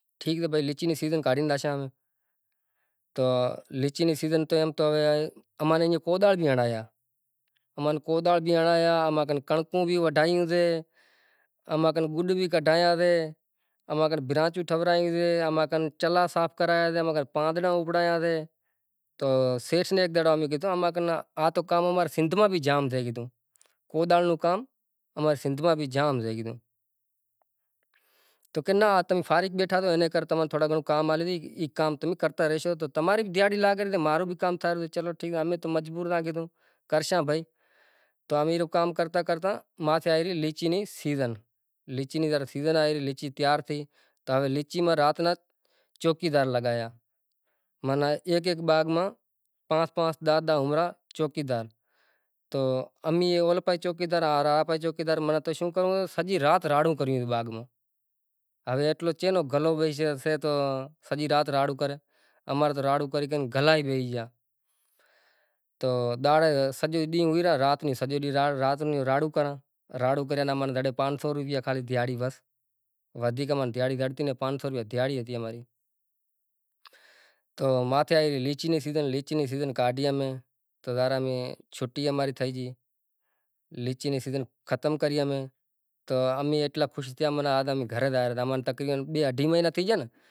جیمس آباد واڑے روڈ تھے گیو، میرواہ تھے گیو، میرپور تھے گیو مطلب زکو سوٹھو سوٹھو شہر تھے گیو مطلب برشات بھی تھائے وری ایئں آگر بھی رمیں بھی سیں مانڑاں آخری ڈیرو ای سے مطلب ہزاریں جھنڈا ہوئیں، لاکھوں جھنڈا ہوئیں ایئں وری ایئں تھی وری راماپیر رے میڑے آواساں آپیں، مطلب سیکورٹی ہوئے، مطلب مانڑاں ری اتی رش ہوئے مطلب پگ راکھاں ری جگہ نتھی زڑتی، ای ورے ماتھے جایاں چھت ماتھے جکو ودھیک جھنڈا لاگل ہوئے مطلب سائیڈ ماتھے بھنڈارو بھی ہوئے، پسے ای کھائی پسے مطلب سامان کشمش وغیرہ تھئی گیو یا مطلب سوٹھیوں سوٹھیوں شیوں جکو مانڑو میڑاں میں خریداری کرے مثال منگل سوتر تھے گیو یا مورتیوں تھے گیوں فوٹو تھے گیا وغیرہ وغیرھ چیزوں تھی گیوں